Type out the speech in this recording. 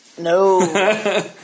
No